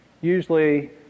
Usually